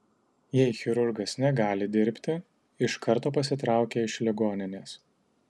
jei chirurgas negali dirbti iš karto pasitraukia iš ligoninės